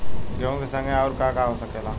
गेहूँ के संगे आऊर का का हो सकेला?